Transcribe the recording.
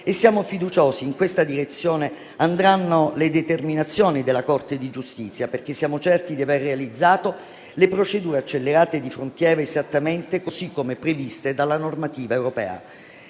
siamo fiduciosi che in questa direzione andranno le determinazioni della Corte di giustizia dell'Unione europea, perché siamo certi di aver realizzato le procedure accelerate di frontiera esattamente così come previste dalla normativa europea.